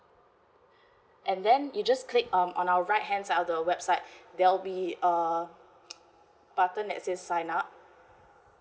and then you just click on our right hand side of the website there will be a button that says sign up